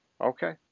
Okay